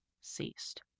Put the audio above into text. ceased